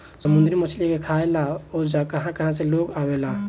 समुंद्री मछली के खाए ला ओजा कहा कहा से लोग आवेला